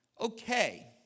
Okay